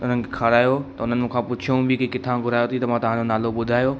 उन्हनि खे खारायो त उन्हनि मूंखां पुछियों बि की किथां घुरायो ताईं त मां तव्हांजो नालो ॿुधायो